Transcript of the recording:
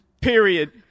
period